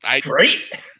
great